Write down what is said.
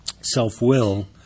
self-will